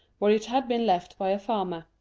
where it had been left by a farmer.